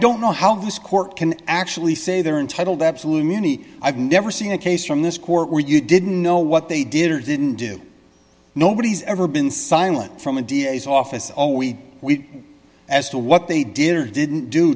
don't know how this court can actually say they're entitled absolutely any i've never seen a case from this court where you didn't know what they did or didn't do nobody's ever been silent from india as office always we as to what they did or didn't do